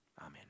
Amen